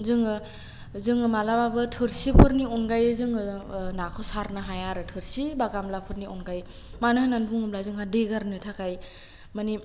जोङो जोङो मालाबाबो थोरसिफोरनि अनगायै जोङो नाखौ सारनो हाया आरो थोरसि बा गामलाफोरनि अनगायै मानो होन्ना बुङोब्ला जोंहा दै गारनो थाखाय मानि